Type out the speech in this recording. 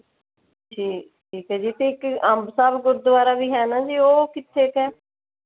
ਠੀਕ ਠੀਕ ਹੈ ਜੀ ਅਤੇ ਇੱਕ ਅੰਬ ਸਾਹਿਬ ਗੁਰਦੁਆਰਾ ਵੀ ਹੈ ਨਾ ਜੀ ਉਹ ਕਿੱਥੇ ਕੁ ਹੈ